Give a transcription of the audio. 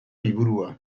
liburua